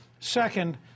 Second